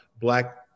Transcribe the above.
black